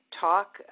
talk